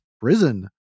prison